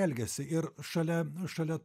elgiasi ir šalia šalia